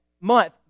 month